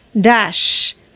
Dash